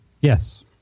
Yes